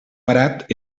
barat